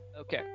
Okay